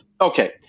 okay